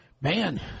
Man